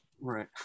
right